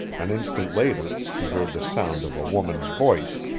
an instant later he heard the sound of a woman's voice,